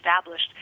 established